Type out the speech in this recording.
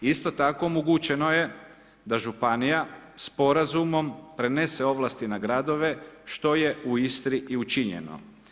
Isto tako omogućeno je da županija sporazumom prenese ovlasti na gradove što je u Istri i učinjeno.